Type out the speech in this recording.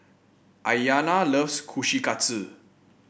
Aiyana loves Kushikatsu